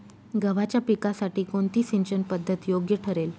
गव्हाच्या पिकासाठी कोणती सिंचन पद्धत योग्य ठरेल?